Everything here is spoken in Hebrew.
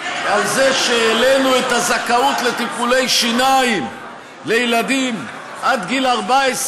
על זה שהעלינו את הזכאות לטיפולי שיניים לילדים עד גיל 14?